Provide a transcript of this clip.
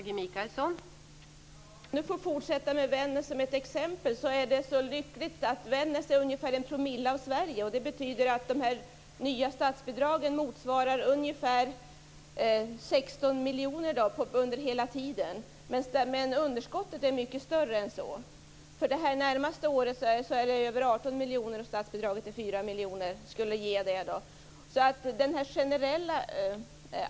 Fru talman! Jag fortsätter att använda mig av Vännäs som exempel. Vännäs utgör ungefär en promille av Sverige. Det betyder att de nya statsbidragen motsvarar ca 16 miljoner. Men underskottet är mycket större än så. För det närmaste året uppgår underskottet till över 18 miljoner medan statsbidraget uppgår till 4 miljoner.